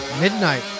midnight